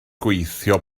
gweithio